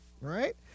right